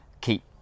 keep